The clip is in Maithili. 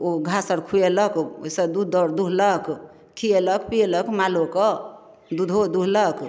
ओ घास आओर खुयेलक ओइसँ दूध आओर दुहलक खियेलक पीयेलक मालोके दुधो दुहलक